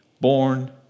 born